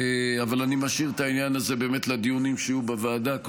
אבל אני משאיר את העניין הזה באמת לדיונים שיהיו בוועדה,